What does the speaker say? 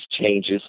changes